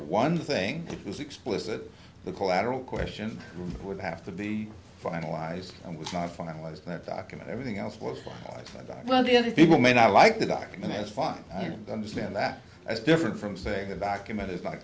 one thing it was explicit the collateral question would have to be finalized and was not finalized that document everything else was about the other people may not like the document as far as your understand that that's different from saying the document is not